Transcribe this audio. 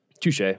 touche